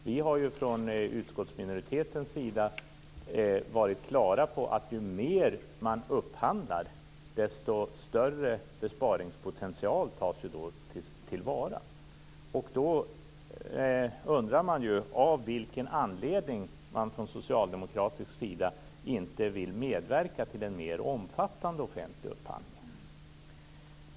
Vi har från utskottsminoritetens sida varit klara över att ju mer man upphandlar, desto större besparingspotential tas till vara. Då undrar jag av vilken anledning socialdemokraterna inte vill medverka till en mer omfattande offentlig upphandling.